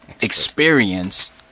experience